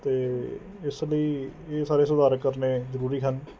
ਅਤੇ ਇਸ ਲਈ ਇਹ ਸਾਰੇ ਸੁਧਾਰ ਕਰਨੇ ਜ਼ਰੂਰੀ ਹਨ